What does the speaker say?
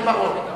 כן בר-און.